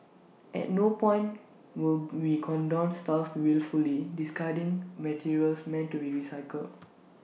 at no point would we condone staff wilfully discarding materials meant to be recycled